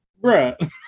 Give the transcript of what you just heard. bruh